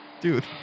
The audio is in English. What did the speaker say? Dude